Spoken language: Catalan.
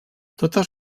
totes